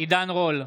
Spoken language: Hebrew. עידן רול,